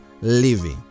living